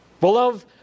Beloved